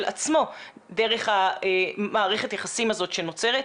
עצמו דרך מערכת היחסים הזאת שנוצרת.